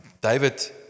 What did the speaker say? David